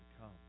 come